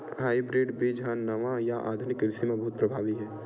hybrid बीज उत्पादन हा नवा या आधुनिक कृषि मा बहुत प्रभावी हे